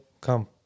come